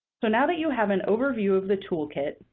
so now that you have an overview of the toolkit,